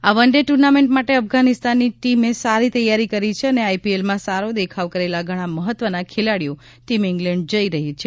આ one day tournament માટે અફઘાનિસ્તાનની ટીમે સારી તૈયારી કરી છે અને આઈપીએલમાં સારો દેખાવ કરેલા ઘણા મહત્વના ખેલાડીઓ ટીમ ઇંગ્લેન્ડ જઇ રહી છે